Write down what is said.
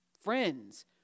friends